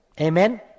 Amen